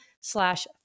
slash